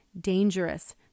dangerous